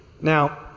Now